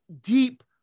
deep